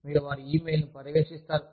మీరు వారి ఇ మెయిల్లను పర్యవేక్షిస్తారు